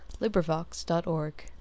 LibriVox.org